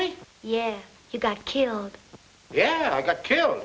me yeah he got killed yeah i got